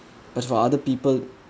but for other people